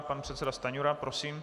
Pan předseda Stanjura, prosím.